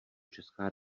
česká